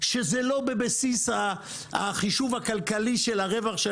שזה לא בבסיס החישוב הכלכלי של הרווח של